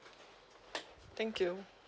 thank you